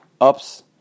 ups